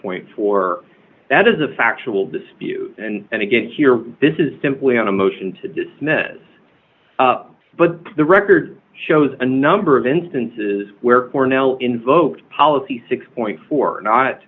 point four that is a factual dispute and again here this is simply on a motion to dismiss but the record shows a number of instances where cornell invoked policy six point four not